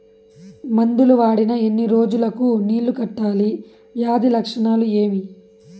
మందులు వాడిన ఎన్ని రోజులు కు నీళ్ళు కట్టాలి, వ్యాధి లక్షణాలు ఏమి?